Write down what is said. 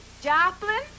Joplin